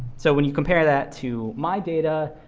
so when you compare that to my data,